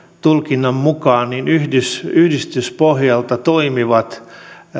tulkinnan mukaan yhdistyspohjalta toimivat